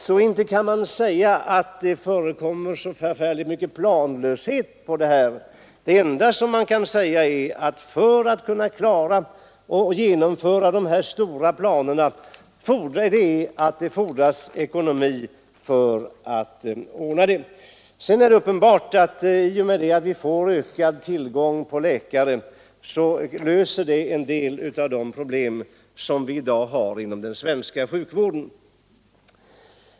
Man kan alltså inte påstå att det föreligger så förfärligt stor planlöshet. Det enda man kan säga är att en tillräckligt god ekonomi är förutsättningen för att kunna genomföra dessa stora planer. Vidare är det uppenbart att en ökad tillgång på läkare skulle lösa en del av de problem vi i dag har inom den svenska sjukvården.